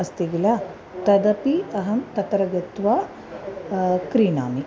अस्ति किल तदपि अहं तत्र गत्वा क्रीणामि